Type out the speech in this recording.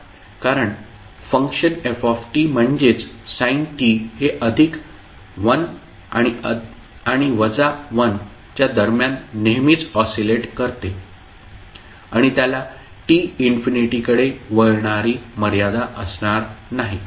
कारण function f म्हणजेच sin हे अधिक 1 आणि वजा 1 च्या दरम्यान नेहमीच ऑसीलेट करते आणि त्याला t इन्फिनिटीकडे वळणारी मर्यादा असणार नाही